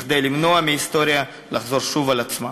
כדי למנוע מההיסטוריה לחזור על עצמה.